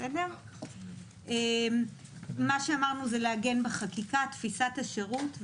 מה שאמרנו זה לעגן בחקיקה, תפיסת השירות.